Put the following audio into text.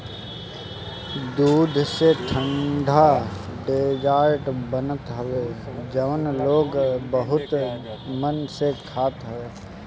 दूध से ठंडा डेजर्ट बनत हवे जवन लोग बहुते मन से खात हवे